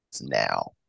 now